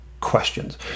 questions